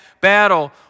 battle